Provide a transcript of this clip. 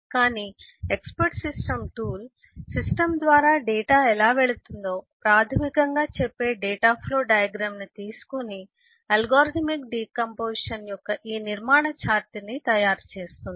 కానీ expert system tool system ద్వారా data ఎలా వెళుతుందో ప్రాథమికంగా చెప్పే డేటా ఫ్లో డయాగ్రమ్ ని తీసుకొని అల్గోరిథమిక్ డికాంపొజిషన్ యొక్క ఈ నిర్మాణ చార్ట్ ని తయారు చేస్తుంది